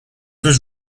was